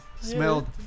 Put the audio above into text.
Smelled